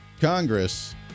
Congress